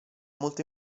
molto